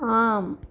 आम्